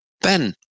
Ben